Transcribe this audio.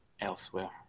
elsewhere